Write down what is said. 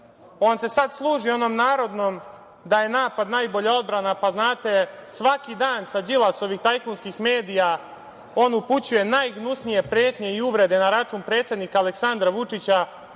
on se sad služi onom narodnom da je napad najbolja odbrana, pa svaki dan sa Đilasovih tajkunskih medija upućuje najgnusnije pretnje i uvrede na račun predsednika Aleksandra Vučića